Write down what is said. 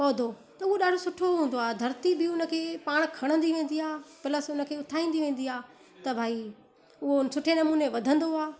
पौधो त हूअ ॾाढो सुठो हूंदो आहे धरती बि उन खे पाण खणंदी वेंदी आहे प्लस उन खे उथाईंदी वेंदी आहे त भाई उहो सुठे नमूने वधंदो आहे